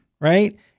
Right